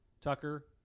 Tucker